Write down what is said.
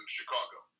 Chicago